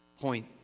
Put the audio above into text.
point